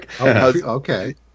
okay